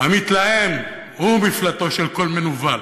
המתלהם הוא מפלטו של כל מנוול.